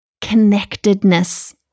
connectedness